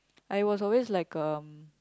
I was always like um